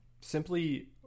simply